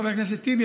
חבר הכנסת טיבי,